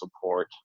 support